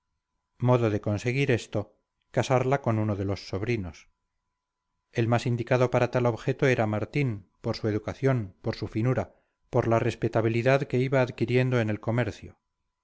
modo de conseguir esto casarla con uno de los sobrinos el más indicado para tal objeto era martín por su educación por su finura por la respetabilidad que iba adquiriendo en el comercio